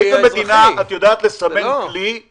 באיזו מדינה בעולם את יודעת לסמן כלי,